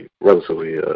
relatively